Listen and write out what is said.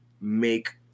make